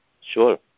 Sure